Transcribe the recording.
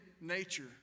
nature